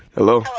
hello?